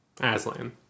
Aslan